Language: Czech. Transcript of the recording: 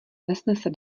nesnese